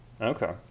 Okay